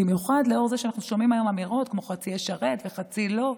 במיוחד לאור זה שאנחנו שומעים היום אמירות כמו "חצי ישרת וחצי לא",